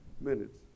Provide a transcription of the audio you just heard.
minutes